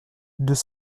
deux